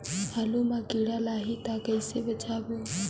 आलू मां कीड़ा लाही ता कइसे बचाबो?